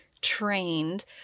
trained